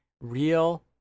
real